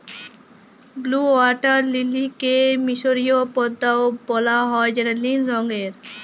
blue water লিলিকে মিসরীয় পদ্দা ও বলা হ্যয় যেটা লিল রঙের